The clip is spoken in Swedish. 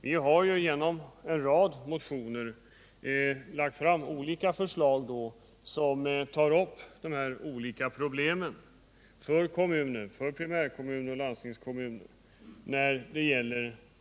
Vi har i en rad motioner lagt fram olika förslag som tar upp primärkommunernas och landstingskommunernas problem när det gäller att fullgöra dessa uppgifter.